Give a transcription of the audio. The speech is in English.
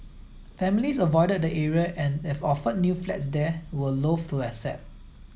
families avoided the area and if offered new flats there were loathe to accept